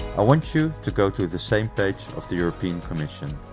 i want you to go to the same page of the european commission.